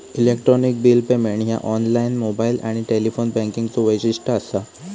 electronic bill payment ह्या online, mobile आणि telephone बँकिंगचो वैशिष्ट्य असा